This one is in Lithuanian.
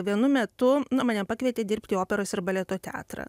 vienu metu na mane pakvietė dirbti į operos ir baleto teatrą